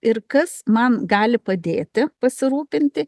ir kas man gali padėti pasirūpinti